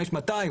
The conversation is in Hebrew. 5,200,